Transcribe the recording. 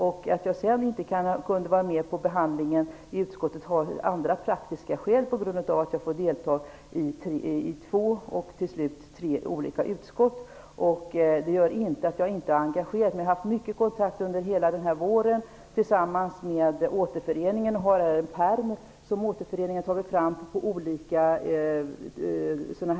Att jag sedan inte kunde vara med vid behandlingen i utskottet har praktiska skäl, att jag fått delta i två och till slut tre olika utskott. Det betyder inte att jag inte är engagerad, utan jag har under hela våren varit i kontakt med Återföreningen och har här en pärm som Återföreningen har tagit fram med olika ärenden.